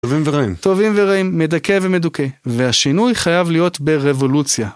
טובים ורעים, מדכא ומדוכא, והשינוי חייב להיות ברבולוציה.